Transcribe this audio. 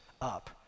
up